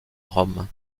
rome